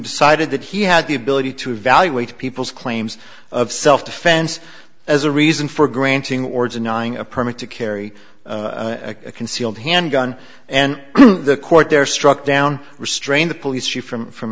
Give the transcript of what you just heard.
decided that he had the ability to evaluate people's claims of self defense as a reason for granting or denying a permit to carry a concealed handgun and the court there struck down restrain the police chief from from